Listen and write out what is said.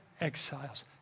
exiles